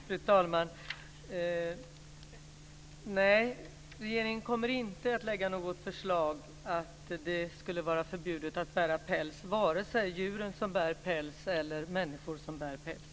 Fru talman! Nej, regeringen kommer inte att lägga fram något förslag om förbud mot att bära päls. Det gäller varken djur som bär päls eller människor som bär päls.